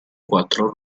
quattro